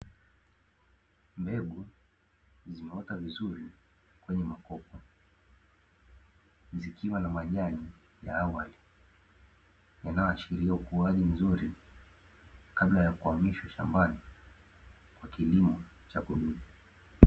Mbegu zimeota vizuri kwenye makopo, zikiwa na majani ya awali yanaoashiria ukuaji mzuri kabla ya kuamishwa shambani kwa kilimo cha kudumu.